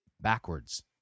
backwards